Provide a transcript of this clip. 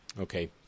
Okay